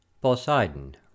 Poseidon